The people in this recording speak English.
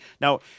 Now